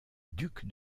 duc